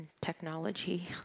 technology